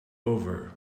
over